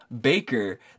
Baker